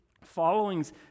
followings